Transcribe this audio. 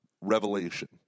revelation